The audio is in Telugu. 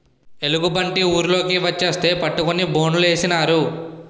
ఎలుగుబంటి ఊర్లోకి వచ్చేస్తే పట్టుకొని బోనులేసినారు